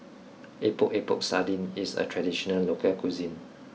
Epok Epok Sardin is a traditional local cuisine